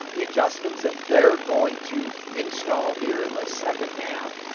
the adjustments that they are going to install here in the second half,